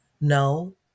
no